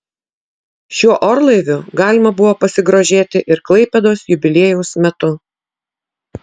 šiuo orlaiviu galima buvo pasigrožėti ir klaipėdos jubiliejaus metu